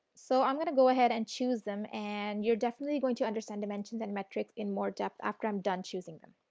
um going to go ahead and choose them and you are definitely going to understand dimensions and metrics in more depth after i am done choosing them.